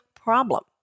problem